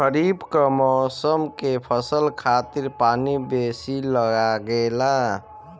खरीफ कअ मौसम के फसल खातिर पानी बेसी लागेला